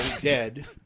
dead